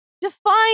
Define